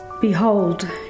Behold